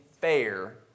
fair